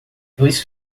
dois